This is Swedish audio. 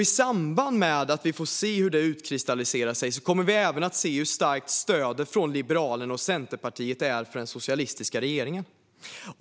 I samband med att vi får se hur det utkristalliserar sig kommer vi även att se hur starkt stödet från Liberalerna och Centerpartiet är för den socialistiska regeringen.